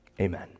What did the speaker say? amen